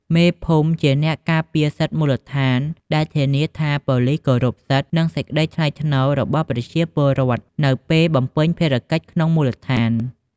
មេភូមិជាអ្នកការពារសិទ្ធិមូលដ្ឋានដែលធានាថាប៉ូលីសគោរពសិទ្ធិ និងសេចក្តីថ្លៃថ្នូររបស់ប្រជាពលរដ្ឋនៅពេលបំពេញភារកិច្ចក្នុងមូលដ្ឋាន។